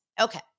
Okay